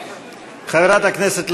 חברת הכנסת לנדבר.